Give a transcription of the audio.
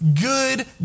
good